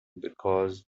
because